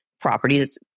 properties